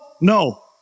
no